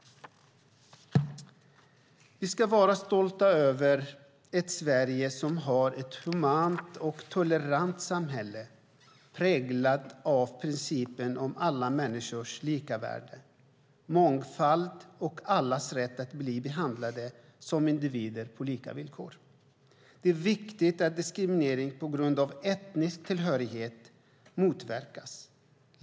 Vi ska vara stolta över ett Sverige som är ett humant och tolerant samhälle präglat av principen om alla människors lika värde, mångfald och allas rätt att bli behandlade som individer på lika villkor. Det är viktigt att diskriminering på grund av etnisk tillhörighet motverkas.